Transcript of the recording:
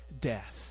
death